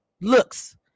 looks